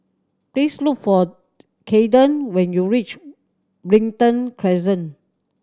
please look for Cayden when you reach Brighton Crescent